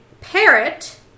parrot